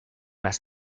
las